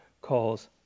calls